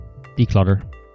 Declutter